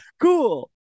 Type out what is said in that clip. cool